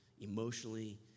emotionally